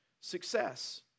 success